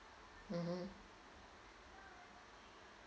mmhmm